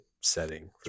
setting